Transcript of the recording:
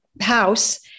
house